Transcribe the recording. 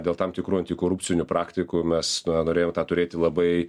dėl tam tikrų antikorupcinių praktikų mes na norėjom tą turėti labai